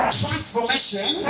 transformation